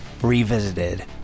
revisited